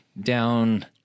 down